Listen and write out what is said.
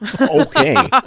Okay